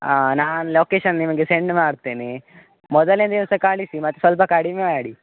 ಹಾಂ ನಾನು ಲೊಕೇಶನ್ ನಿಮಗೆ ಸೆಂಡ್ ಮಾಡ್ತೇನೆ ಮೊದಲನೇ ದಿವಸ ಕಳಿಸಿ ಮತ್ತು ಸ್ವಲ್ಪ ಕಡಿಮೆ ಮಾಡಿ